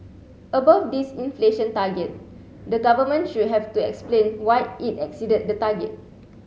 above this inflation target the government should have to explain why it exceeded the target